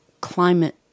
climate